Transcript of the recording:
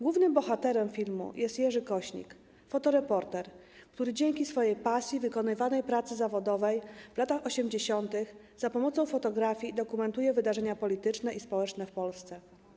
Głównym bohaterem filmu jest Jerzy Kośnik - fotoreporter, który dzięki swojej pasji i wykonywanej pracy zawodowej w latach 80. za pomocą fotografii dokumentuje wydarzenia polityczne i społeczne w Polsce.